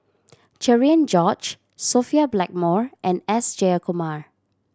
Cherian George Sophia Blackmore and S Jayakumar